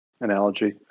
analogy